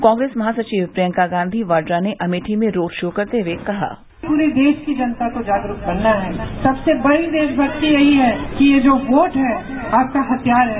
कांग्रेस महासचिव प्रियंका गांधी वाड्रा ने अमेठी में रोड शो करते हुए कहा पूरे देश की जनता को जागरूक करना है सबसे बड़ी देशभक्ति यही है कि ये जो वोट है आपका हथियार है